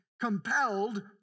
compelled